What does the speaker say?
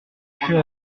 fais